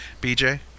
BJ